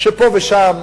שפה ושם